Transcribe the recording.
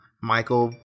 Michael